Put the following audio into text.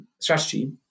strategy